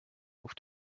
auf